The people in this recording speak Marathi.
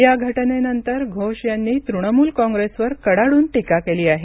या घटनेनंतर घोष यांनी तृणमुल काँप्रेसवर कडाडून टीका केली आहे